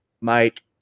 mike